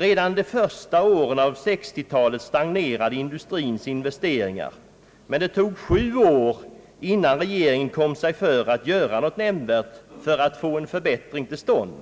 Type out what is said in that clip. Redan de första åren av 1960-talet stagnerade industrins investeringar, men det tog sju år innan regeringen kom sig för att göra något nämnvärt för att få en förbättring till stånd,